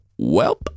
Welp